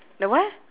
the what